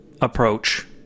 approach